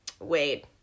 wait